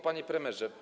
Panie Premierze!